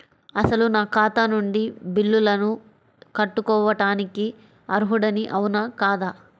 అసలు నా ఖాతా నుండి బిల్లులను కట్టుకోవటానికి అర్హుడని అవునా కాదా?